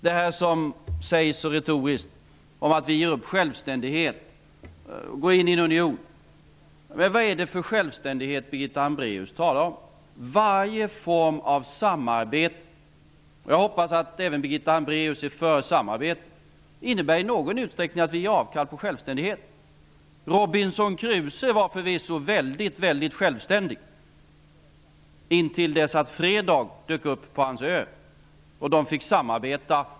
Det sägs retoriskt att vi ger upp självständighet och går in i en union. Vad är det för självständighet Birgitta Hambraeus talar om? Varje form av samarbete -- jag hoppas att även Birgitta Hambraeus är för samarbete -- innebär i någon utsträckning att vi gör avkall på självständigheten. Robinson Crusoe var förvisso väldigt självständig intill dess att Fredag dök upp på hans ö och de fick samarbeta.